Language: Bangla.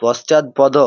পশ্চাৎপদ